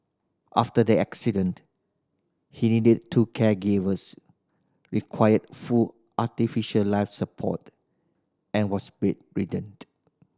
after the accident he needed two caregivers required full artificial life support and was bed